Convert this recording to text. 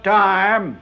time